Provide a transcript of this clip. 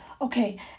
Okay